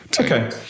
Okay